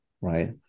right